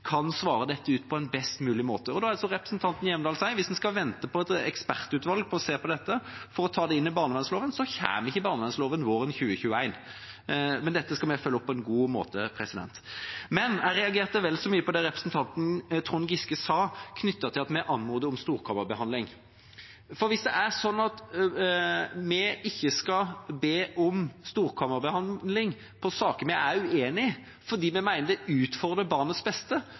kan svare dette ut på en best mulig måte. Da er det som representanten Hjemdal sier: Hvis en skal vente på et ekspertutvalg for å se på dette, for å ta dette inn i barnevernsloven, kommer ikke barnevernsloven våren 2021. Men dette skal vi følge opp på en god måte. Jeg reagerte vel så mye på det representanten Trond Giske sa knyttet til at vi anmoder om storkammerbehandling. Hvis det er sånn at vi ikke skal be om storkammerbehandling av saker vi er uenig i, fordi vi mener at det utfordrer barnets beste,